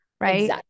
right